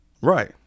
Right